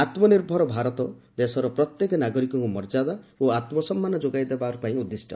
ଆତ୍ମ ନିର୍ଭର ଭାରତ ଦେଶର ପ୍ରତ୍ୟେକ ନାଗରିକଙ୍କୁ ମର୍ଯ୍ୟାଦା ଓ ଆତ୍ମ ସମ୍ମାନ ଯୋଗାଇ ଦେବାକୁ ଉଦ୍ଦିଷ୍ଟ